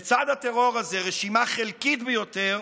לצד מעשי הטרור האלה, רשימה חלקית ביותר,